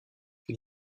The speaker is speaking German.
wie